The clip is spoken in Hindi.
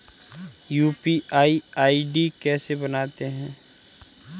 यू.पी.आई आई.डी कैसे बनाते हैं?